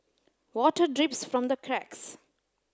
water drips from the cracks